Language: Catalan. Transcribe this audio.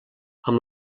amb